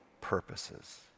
purposes